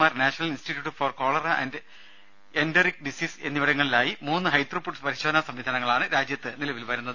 R national institute for cholera and enteric disease എന്നിവിടങ്ങളിലായി മൂന്ന് high throughput പരിശോധനാ സംവിധാനങ്ങളാണ് രാജ്യത്ത് നിലവിൽ വരുന്നത്